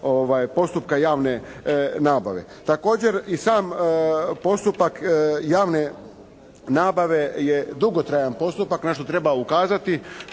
postupka javne nabave. Također i sam postupak javne nabave je dugotrajan postupak na što treba ukazati,